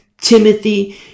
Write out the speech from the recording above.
Timothy